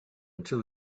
until